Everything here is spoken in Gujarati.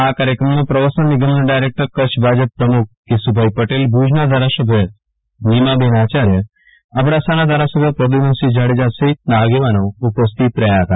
આ કાર્યક્રમમાં પ્રવાસન નિગમના ડાયરેક્ટર કચ્છ ભાજપ પ્રમુખ કેશુભાઈ પટેલ ભુજના ધારાસભ્ય નિમાબેન આચાર્ય અબડાસાના ધારાસભ્ય પ્રધ્યુમનસિંહ જાડેજા સહિતના આગેવાનો ઉપસ્થિત રહ્યા હતા